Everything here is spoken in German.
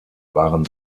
waren